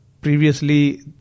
previously